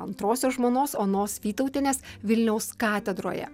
antrosios žmonos onos vytautinės vilniaus katedroje